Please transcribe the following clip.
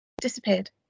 disappeared